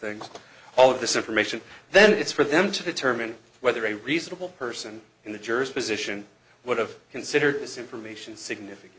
things all of this information then it's for them to determine whether a reasonable person in the jersey position would have considered this information significant